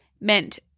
meant